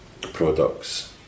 products